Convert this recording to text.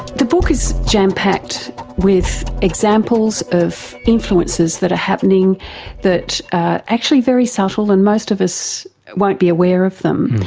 the book is jam-packed with examples of influences that are happening that are actually very subtle and most of us won't be aware of them,